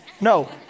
No